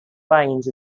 lines